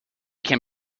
can